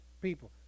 people